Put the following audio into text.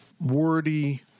wordy